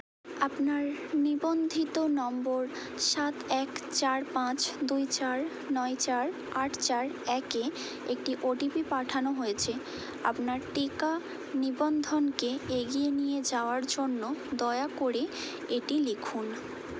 আপনার নিবন্ধিত নম্বর সাত এক চার পাঁচ দুই চার নয় চার আট চার একে একটি ও টি পি পাঠানো হয়েছে আপনার টিকা নিবন্ধনকে এগিয়ে নিয়ে যাওয়ার জন্য দয়া করে এটি লিখুন